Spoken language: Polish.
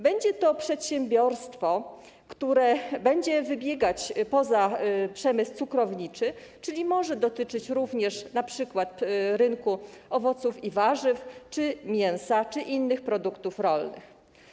Będzie to przedsiębiorstwo, które będzie wybiegać poza przemysł cukrowniczy, czyli jego działalność może dotyczyć również np. rynku owoców i warzyw, mięsa czy innych produktów rolnych.